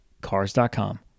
Cars.com